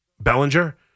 Bellinger